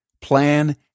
plan